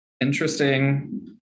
Interesting